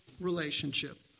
relationship